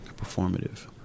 performative